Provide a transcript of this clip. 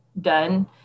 done